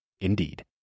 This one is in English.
Indeed